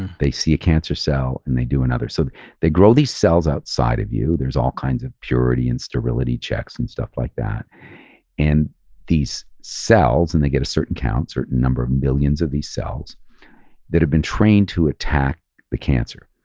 they see a cancer cell and they do another, so they grow these cells outside of you. there's all kinds of purity and sterility checks and stuff like that and these cells and they get a certain count, certain number of millions of these cells that had been trained to attack the cancer.